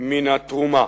מן התרומה.